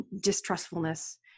distrustfulness